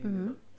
mm